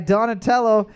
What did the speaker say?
Donatello